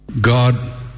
God